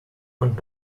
und